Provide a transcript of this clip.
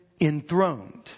enthroned